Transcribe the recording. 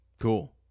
cool